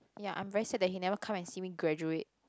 ya I'm very sad that he never come and see me graduate